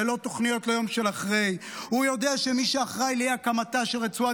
ללא תוכניות ליום שאחרי הוא יודע שמי שאחראי לאי-הקמתה של רצועת